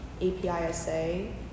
APISA